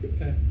Okay